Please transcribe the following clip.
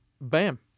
bam